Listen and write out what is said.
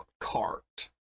cart